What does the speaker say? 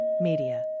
Media